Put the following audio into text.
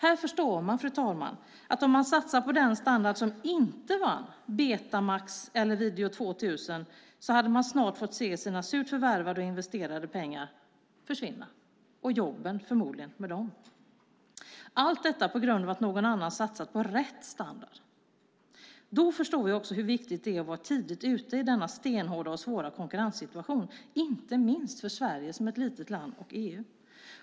Fru talman! Här förstår man att om man satsat på den standard som inte vann, Betamax eller Video 2000, hade man snart fått se sina surt förvärvade och investerade pengar försvinna och förmodligen jobben med dem, allt detta på grund av att någon annan satsat på rätt standard. Då förstår vi också hur viktigt det är att vara tidigt ute i denna stenhårda och svåra konkurrenssituation, inte minst för Sverige som ett litet land och EU.